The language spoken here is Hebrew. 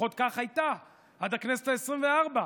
לפחות כך הייתה עד הכנסת העשרים-וארבע.